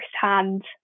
firsthand